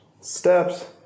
steps